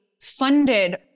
funded